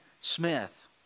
Smith